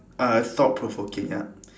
uh thought provoking ya